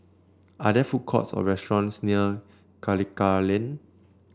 are there food courts or restaurants near Karikal Lane